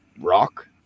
rock